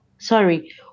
sorry